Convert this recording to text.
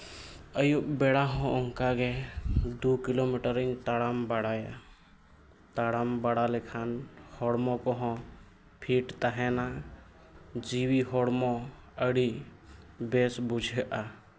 ᱟᱹᱭᱩᱵ ᱵᱮᱲᱟ ᱦᱚᱸ ᱚᱱᱠᱟᱜᱮ ᱫᱩ ᱠᱤᱞᱳᱢᱤᱴᱟᱨᱤᱧ ᱛᱟᱲᱟᱢ ᱵᱟᱲᱟᱭᱟ ᱛᱟᱲᱟᱢ ᱵᱟᱲᱟ ᱞᱮᱠᱷᱟᱱ ᱦᱚᱲᱢᱚ ᱠᱚᱦᱚᱸ ᱯᱷᱤᱴ ᱛᱟᱦᱮᱱᱟ ᱡᱤᱣᱤ ᱦᱚᱲᱢᱚ ᱟᱹᱰᱤ ᱵᱮᱥ ᱵᱩᱡᱷᱟᱹᱜᱼᱟ